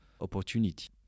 opportunity